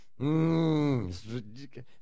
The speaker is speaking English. Mmm